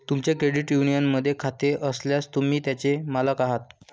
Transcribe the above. तुमचे क्रेडिट युनियनमध्ये खाते असल्यास, तुम्ही त्याचे मालक आहात